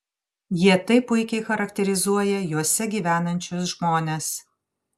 jie taip puikiai charakterizuoja juose gyvenančius žmones